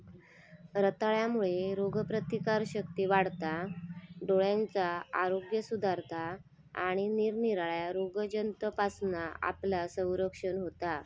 रताळ्यांमुळे रोगप्रतिकारशक्ती वाढता, डोळ्यांचा आरोग्य सुधारता आणि निरनिराळ्या रोगजंतूंपासना आपला संरक्षण होता